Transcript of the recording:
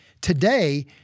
today